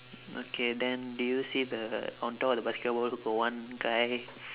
okay then do you see the on top of the basketball hoop got one guy